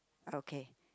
okay